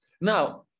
Now